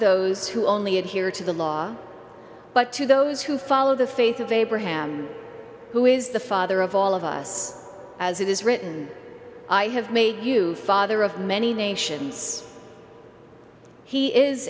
those who only adhere to the law but to those who follow the faith of abraham who is the father of all of us as it is written i have made you father of many nations he is